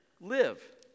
live